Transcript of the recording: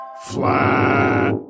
Flat